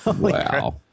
Wow